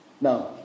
Now